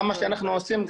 גם מה שאנחנו עושים,